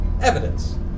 Evidence